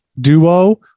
duo